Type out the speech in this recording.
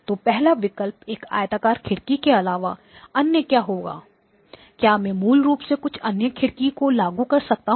तो पहला विकल्प एक आयताकार खिड़की के अलावा अन्य क्या होगा क्या मैं मूल रूप से कुछ अन्य खिड़की को लागू कर सकता हूं